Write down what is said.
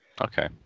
Okay